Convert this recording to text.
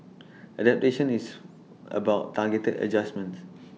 adaptation is about targeted adjustments